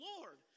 Lord